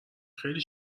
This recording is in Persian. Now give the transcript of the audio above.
خیلی